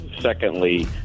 Secondly